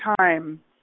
time